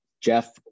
Jeff